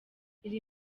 iri